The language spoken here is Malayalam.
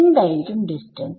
എന്തായിരിക്കും ഡിസ്റ്റൻസ്